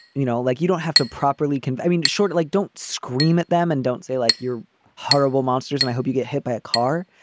you know, like you don't have to properly convey i mean, to short it, like, don't scream at them and don't say like you're horrible monsters and i hope you get hit by a car.